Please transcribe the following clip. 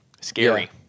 Scary